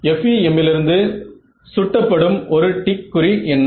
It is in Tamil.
FEM லிருந்து சுட்டப்படும் ஒரு டிக் குறி என்ன